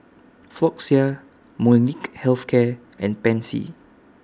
Floxia Molnylcke Health Care and Pansy